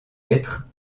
être